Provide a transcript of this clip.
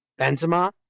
Benzema